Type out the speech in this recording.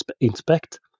inspect